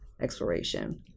exploration